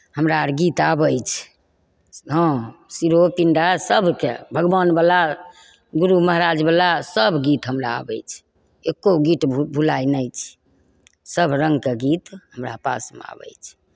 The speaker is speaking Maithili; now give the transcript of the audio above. हमरा आओर गीत आबै छै हँ सिरहो पिण्डा सबके भगवानवला गुरु महराजवला सब गीत हमरा आबै छै एक्को गीत भू भुलाइ नहि छै सब रङ्गके गीत हमरा पासमे आबै छै